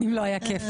אם לא היה כפל.